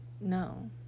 no